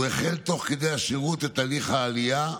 הוא החל תוך כדי השירות את הליך העלייה,